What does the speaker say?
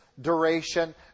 duration